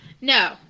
No